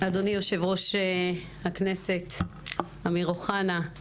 אדוני יושב-ראש הכנסת אמיר אוחנה,